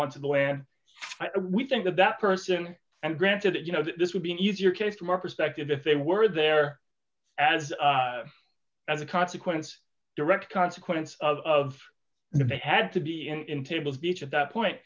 onto the land we think of that person and granted that you know this would be an easier case from our perspective if they were there as as a consequence direct consequence of you know they had to be in tables beach at that point